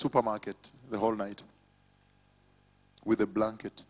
supermarket the whole night with a blanket